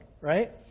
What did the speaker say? right